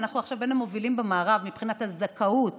ואנחנו עכשיו בין המובילים במערב מבחינת הזכאות